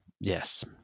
Yes